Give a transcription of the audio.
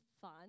fun